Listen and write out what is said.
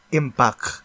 impact